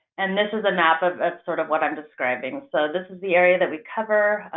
and this is a map of sort of what i'm describing. so, this is the area that we cover.